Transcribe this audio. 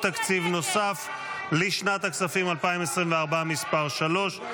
תקציב נוסף לשנת הכספים 2024 (מס' 3),